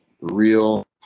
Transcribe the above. real